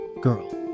girl